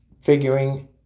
figuring